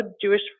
Jewish